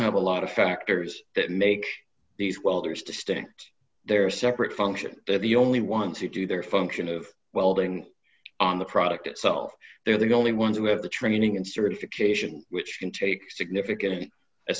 have a lot of factors that make these welder's distinct their separate function they're the only ones who do their function of welding on the product itself they're the only ones who have the training and certification which can take significant a